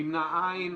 4 נגד, 5 לא אושרה.